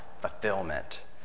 fulfillment